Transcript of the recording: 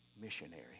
missionary